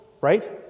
right